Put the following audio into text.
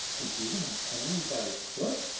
and he went up hanging by his foot?